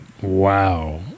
Wow